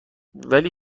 ولی